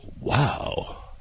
wow